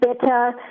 better